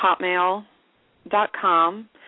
hotmail.com